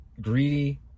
greedy